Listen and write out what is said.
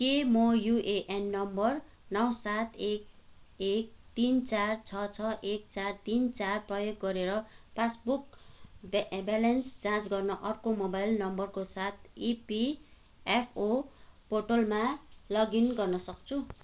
के म UAN number नौ सात एक एक तिन चार छ छ एक चार तिन चार प्रयोग गरेर पासबुक ब्यालेन्स जाँच गर्न अर्को मोबाइल नम्बरको साथ इपिएफओ पोर्टलमा लगइन गर्न सक्छु